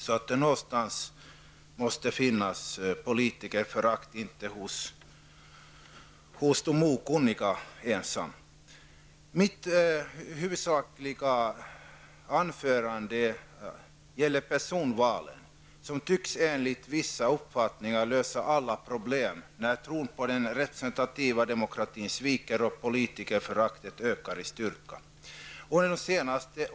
Så politikerföraktet finns inte enbart hos de okunniga. Jag tänkte i mitt anförande huvudsakligen uppehålla mig vid personvalen, som enligt vissas uppfattning tydligen löser alla problem, när tron på den representativa demokratin sviker och politikerföraktet ökar i styrka.